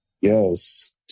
Yes